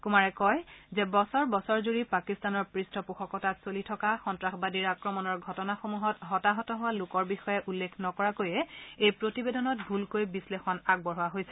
কুমাৰে কয় যে বছৰ বছৰ জুৰি পাকিস্তানৰ পৃষ্ঠপোষকতাত চলি থকা সন্তাসবাদীৰ আক্ৰমণৰ ঘটনাসমূহ হতাহত হোৱা লোকৰ বিষয়ে উল্লেখ নকৰাকৈয়ে এই প্ৰতিবেদনত ভুলকৈ বিশ্লেষণ কৰা হৈছে